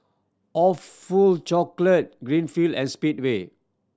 Awfully Chocolate Greenfield and Speedway